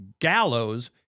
gallows